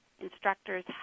instructors